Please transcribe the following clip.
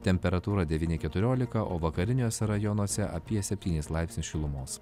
temperatūra devyni keturiolika o vakariniuose rajonuose apie septynis laipsnius šilumos